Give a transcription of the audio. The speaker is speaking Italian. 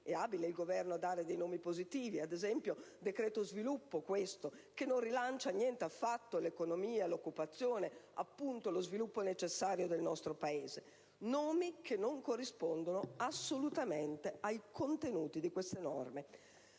È abile il Governo a dare dei nomi positivi, ad esempio questo è il decreto sviluppo, che non rilancia niente affatto l'economia, l'occupazione, appunto lo sviluppo necessario del nostro Paese; nomi che non corrispondono assolutamente ai contenuti di queste norme.